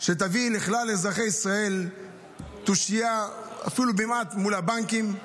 שתביא לכלל אזרחי ישראל תושייה אפילו במעט מול הבנקים.